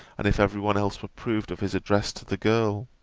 and if every one else approved of his address to the girl.